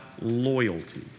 loyalty